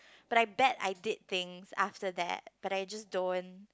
but I bet I did things after that but I just don't